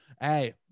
hey